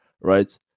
Right